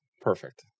perfect